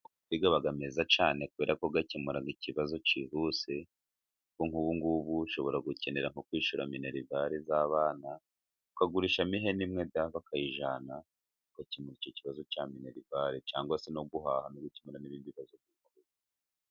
Amatungo aba meza cyane, kubera ko akemura ikibazo kihuse, nk'ubu ngubu ushobora gukenera nko kwishyura minerivari z'abana ukagurishamo ihene imwe da, bakayijyana ugakemura icyo kibazo cya minervari ,cyangwa se no guhaha, no gukemura n'ibindi bibazo.